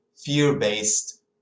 fear-based